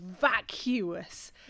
vacuous